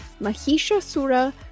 mahishasura